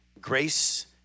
grace